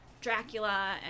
Dracula